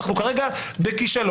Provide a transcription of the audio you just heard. אנחנו כרגע בכישלון.